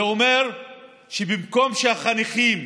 זה אומר שבמקום שהחניכים